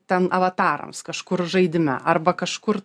ten avatarams kažkur žaidime arba kažkur